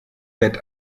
bett